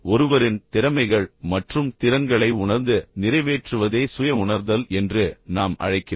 ஒருவரின் திறமைகள் மற்றும் திறன்களை உணர்ந்து நிறைவேற்றுவதே சுய உணர்தல் என்று நாம் அழைக்கிறோம்